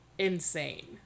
insane